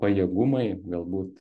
pajėgumai galbūt